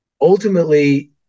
ultimately